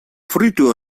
fruitu